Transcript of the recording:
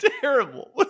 Terrible